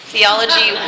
Theology